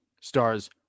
Stars